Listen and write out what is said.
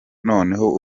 noneho